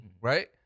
right